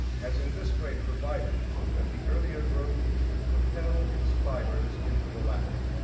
has in this way provided that the earlier growth should propel its fibres into the later,